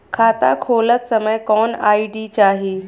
खाता खोलत समय कौन आई.डी चाही?